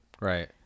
Right